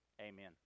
Amen